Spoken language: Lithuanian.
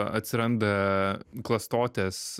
atsiranda klastotės